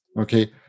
Okay